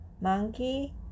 monkey